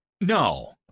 No